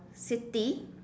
city